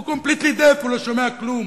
הוא לגמרי חירש, לא שומע כלום,